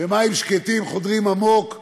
ומים שקטים חודרים עמוק.